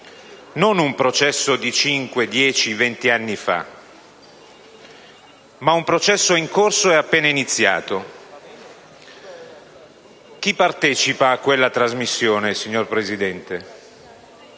Non un processo di cinque, dieci o vent'anni fa, ma un processo in corso e appena iniziato. Chi partecipa a quella trasmissione, signora Presidente?